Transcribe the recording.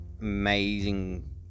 amazing